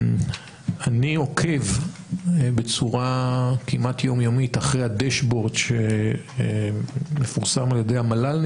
אני עוקב בצורה כמעט יום יומית אחרי הדשבורד שמפורסם על ידי המל"ל.